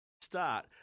Start